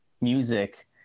music